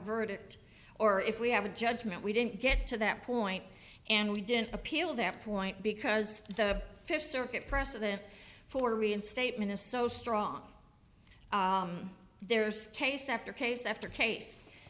verdict or if we have a judgment we didn't get to that point and we didn't appeal that point because the fifth circuit precedent for reinstatement is so strong there scase after case after case